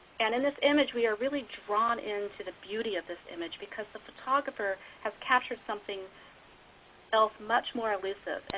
and in this image we are really drawn into the beauty of this image because the photographer has captured something else much more elusive, and